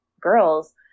girls